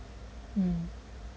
mm